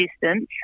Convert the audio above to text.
distance